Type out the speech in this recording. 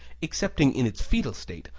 excepting in its foetal state,